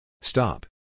Stop